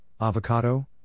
avocado